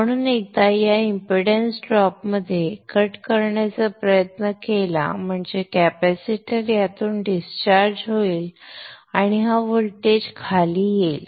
म्हणून एकदा या एमपीडन्स ड्रॉप मध्ये कट करण्याचा प्रयत्न केला म्हणजे हा कॅपेसिटर यातून डिस्चार्ज होईल आणि हा व्होल्टेज खाली येईल